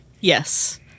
Yes